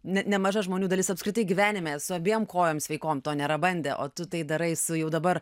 ne nemaža žmonių dalis apskritai gyvenime su abiem kojom sveikom to nėra bandę o tu tai darai su jau dabar